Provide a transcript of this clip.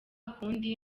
kundi